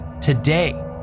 Today